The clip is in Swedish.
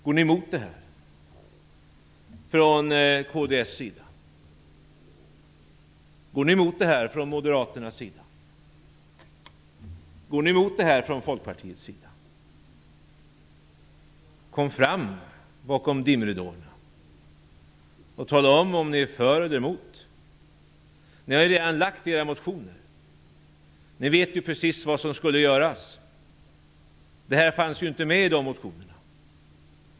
Går ni mot detta från kds? Går ni mot detta från Moderaterna? Går ni mot detta från Folkpartiet? Kom fram ur dimridåerna och tala om huruvida ni är för eller mot! Ni har ju redan väckt era motioner. Ni visste ju precis vad som skulle göras. Detta fanns inte med i dessa motioner.